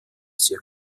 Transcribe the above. sehr